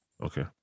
Okay